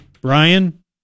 Brian